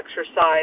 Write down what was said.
exercise